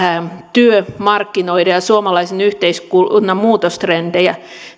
työmarkkinoiden ja suomalaisen yhteiskunnan muutostrendejä